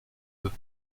œufs